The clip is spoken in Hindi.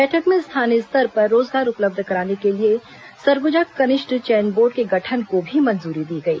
बैठक में स्थानीय स्तर पर रोजगार उपलब्ध कराने के लिए सरगुजा कनिष्ठ चयन बोर्ड के गठन को भी मंजूरी दी गई